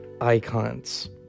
icons